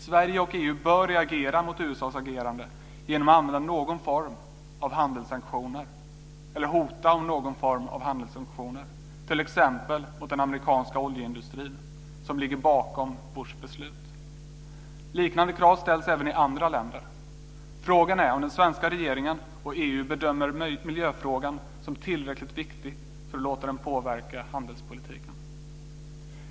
Sverige och EU bör reagera mot USA:s agerande genom att använda eller hota med någon form av handelssanktioner mot t.ex. den amerikanska oljeindustrin, som ligger bakom Bushs beslut. Liknande krav ställs även i andra länder. Frågan är om den svenska regeringen och EU bedömer miljöfrågan som tillräckligt viktig för att låta den påverka handelspolitiken.